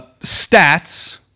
Stats